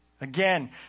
again